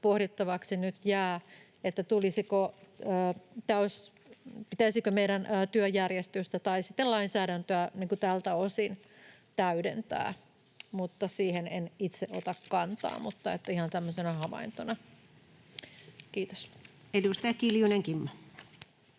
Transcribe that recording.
pohdittavaksi nyt jää, pitäisikö meidän työjärjestystä tai sitten lainsäädäntöä tältä osin täydentää. Siihen en itse ota kantaa, mutta ihan tämmöisenä havaintona. — Kiitos. [Speech 61] Speaker: